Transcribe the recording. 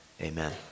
amen